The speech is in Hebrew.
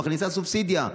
מכניסה סובסידיה.